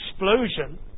explosion